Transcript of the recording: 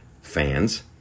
fans